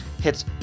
hits